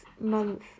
month